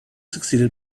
succeeded